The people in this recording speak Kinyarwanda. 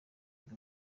iyi